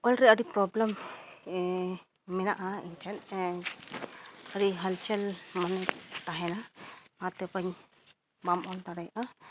ᱚᱞ ᱨᱮ ᱟᱹᱰᱤ ᱯᱨᱚᱵᱽᱞᱮᱢ ᱢᱮᱱᱟᱜᱼᱟ ᱤᱧᱴᱷᱮᱱ ᱟᱹᱰᱤ ᱦᱟᱞᱪᱟᱞ ᱢᱚᱱᱮ ᱛᱟᱦᱮᱱᱟ ᱚᱱᱟᱛᱮ ᱵᱟᱹᱧ ᱵᱟᱢ ᱚᱞ ᱫᱟᱲᱭᱟᱜᱼᱟ